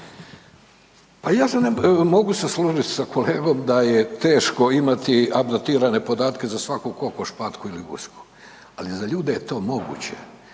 Pa ja mogu se složit sa kolegom da je teško imati abdotirane podatke za svaku kokoš, patku ili gusku, ali za ljude je to moguće.